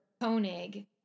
Koenig